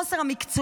על חוסר המקצועיות,